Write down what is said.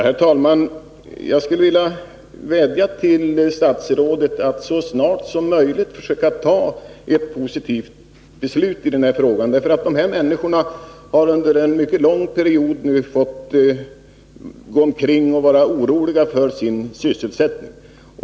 Herr talman! Jag skulle vilja vädja till statsrådet att så snart som möjligt försöka fatta ett positivt beslut i den här frågan. De människor det här gäller har under en mycket lång period fått gå omkring och vara oroliga för sin sysselsättning.